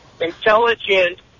intelligent